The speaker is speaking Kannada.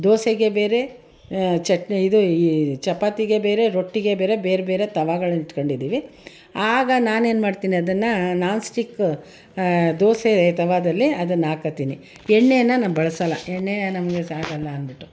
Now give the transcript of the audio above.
ದೋಸೆಗೆ ಬೇರೆ ಚಟ್ನಿ ಇದು ಚಪಾತಿಗೆ ಬೇರೆ ರೊಟ್ಟಿಗೆ ಬೇರೆ ಬೇರೆ ಬೇರೆ ತವಗಳು ಇಟ್ಕೊಂಡಿದ್ದೀವಿ ಆಗ ನಾನೇನು ಮಾಡ್ತೀನಿ ಅದನ್ನು ನಾನ್ ಸ್ಟಿಕ್ ದೋಸೆ ತವದಲ್ಲಿ ಅದನ್ನ ಹಾಕ್ತೀನಿ ಎಣ್ಣೆನ ನಾನು ಬಳಸಲ್ಲ ಎಣ್ಣೆ ನಮ್ಗೆ ಸಾಗಲ್ಲ ಅಂದ್ಬಿಟ್ಟು